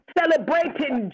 celebrating